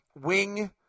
Wing